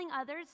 others